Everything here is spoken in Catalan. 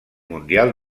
mundial